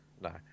No